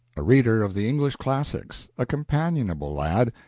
a reader of the english classics, a companionable lad,